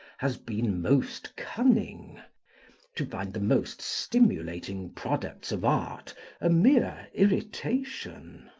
has been most cunning to find the most stimulating products of art a mere irritation.